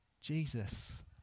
Jesus